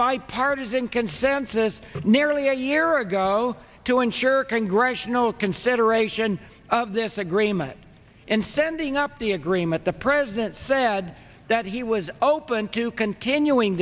bipartisan consensus nearly a year ago to ensure congressional consideration of this agreement and sending up the agreement the president said that he was open to continuing